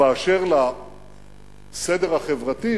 באשר לסדר החברתי,